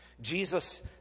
Jesus